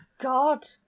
God